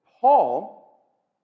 Paul